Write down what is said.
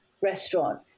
restaurant